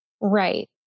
Right